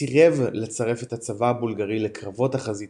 סירב לצרף את הצבא הבולגרי לקרבות החזית